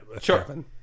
Sure